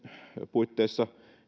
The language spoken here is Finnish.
puitteissa